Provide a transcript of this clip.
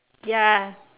ya